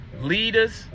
leaders